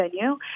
venue